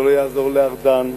זה לא יעזור לארדן,